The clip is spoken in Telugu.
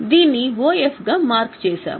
దీన్ని OF గా మార్కు చేశాము